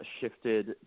shifted